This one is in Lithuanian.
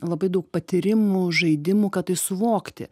labai daug patyrimų žaidimų kad tai suvokti